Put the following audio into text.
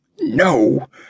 No